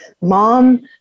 Mom